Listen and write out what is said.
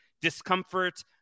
discomfort